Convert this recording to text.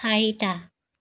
চাৰিটা